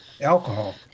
Alcohol